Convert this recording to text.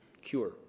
cure